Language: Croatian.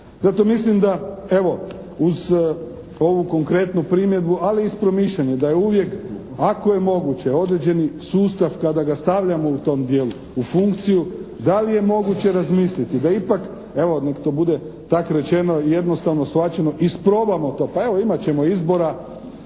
Zato mislim da evo uz ovu konkretnu primjedbu, ali i uz promišljanje da je uvijek ako je moguće određeni sustav kada ga stavljamo u tom dijelu u funkciju da li je moguće razmisliti da ipak, evo nek to bude tak rečeno jednostavno shvaćeno isprobamo to. Pa evo imat ćemo izbora,